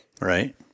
right